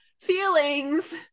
Feelings